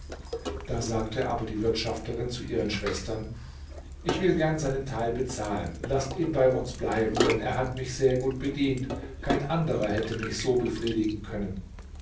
da sagte aber die wirtschafterin zu ihren schwestern ich will gern seinen teil bezahlen laßt ihn bei uns bleiben denn er hat mich sehr gut bedient kein anderer hätte mich so befriedigen können